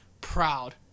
proud